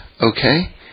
okay